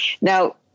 Now